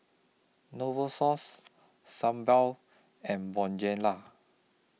Novosource Sebamed and Bonjela